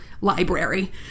Library